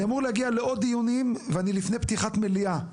אני אמור להגיע לעוד דיונים ואני לפני פתיחת מליאה,